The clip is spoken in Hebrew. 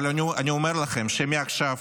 אבל אני אומר לכם שמעכשיו